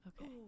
okay